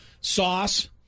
Sauce